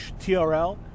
trl